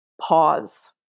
pause